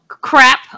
crap